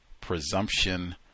presumption